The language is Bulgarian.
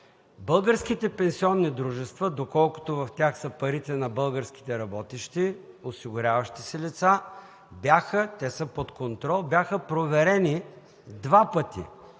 българските пенсионни дружества, доколкото в тях са парите на българските работещи, осигуряващи се лица, те са под контрол, бяха проверени два пъти